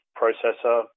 processor